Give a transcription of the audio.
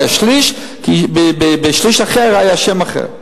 היה שליש כי בשליש אחר היה שם אחר.